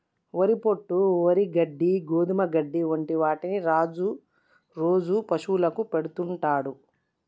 వరి పొట్టు, వరి గడ్డి, గోధుమ గడ్డి వంటి వాటిని రాజు రోజు పశువులకు పెడుతుంటాడు